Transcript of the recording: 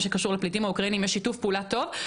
שקשור לפליטים האוקראינים יש שיתוף פעולה טוב,